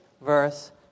verse